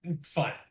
Fine